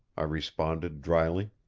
i responded dryly.